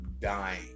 dying